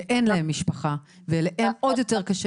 שאין להם משפחה ואליהם עוד יותר קשה